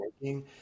working